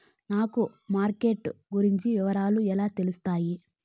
నాకు మార్కెట్ గురించి వివరాలు ఎలా తెలుస్తాయి?